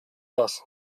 ossos